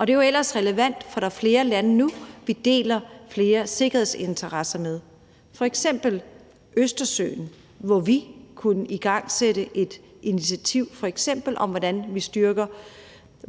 det er jo ellers relevant, for der er flere lande nu, som vi deler flere sikkerhedsinteresse med, f.eks. i forhold til Østersøen, hvor vi kunne igangsætte et initiativ, f.eks. om, hvordan vi styrker